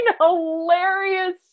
hilarious